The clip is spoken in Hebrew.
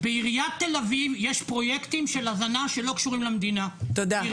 בעיריית תל-אביב יש פרוייקטים של הזנה שלא קשורים למדינה -- תודה,